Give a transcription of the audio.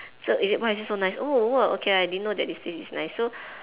so is it why is this so nice oh !whoa! okay I didn't know that is this is nice